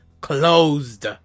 closed